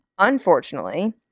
Unfortunately